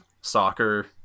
soccer